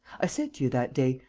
i said to you that day,